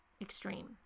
extreme